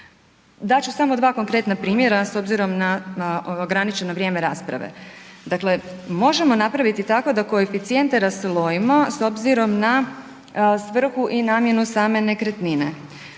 Dat ću samo dva konkretna primjera s obzirom na ograničeno vrijeme rasprave, dakle možemo napraviti tako da koeficijente raslojimo s obzirom na svrhu i namjenu same nekretnine